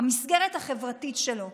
המסגרת החברתית שלו.